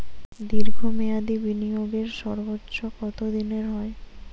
দীর্ঘ মেয়াদি বিনিয়োগের সর্বোচ্চ কত দিনের হয়?